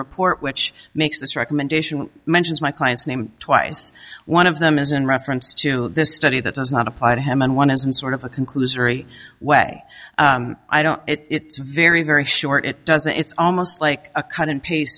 report which makes this recommendation mentions my client's name twice one of them is in reference to the study that does not apply to him and one isn't sort of a conclusory way i don't it's very very short it doesn't it's almost like a cut and paste